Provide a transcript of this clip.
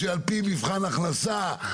שעל פי מבחן הכנסה,